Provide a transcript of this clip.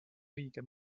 õige